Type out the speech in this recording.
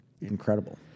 incredible